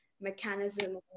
mechanism